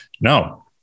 No